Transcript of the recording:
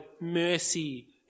mercy